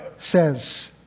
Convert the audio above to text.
says